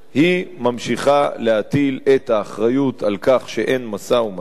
היא ממשיכה להטיל את האחריות לכך שאין משא-ומתן